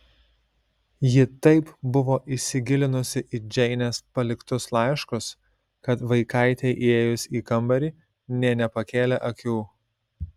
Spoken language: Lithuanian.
ji taip buvo įsigilinusi į džeinės paliktus laiškus kad vaikaitei įėjus į kambarį nė nepakėlė akių